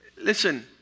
Listen